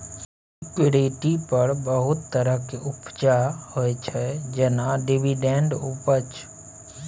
security पर बहुत तरहक उपजा होइ छै जेना डिवीडेंड उपज